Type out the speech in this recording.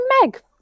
Meg